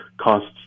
costs